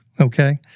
Okay